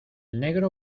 negro